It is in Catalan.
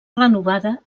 renovada